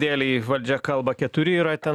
dėlei valdžia kalba keturi yra ten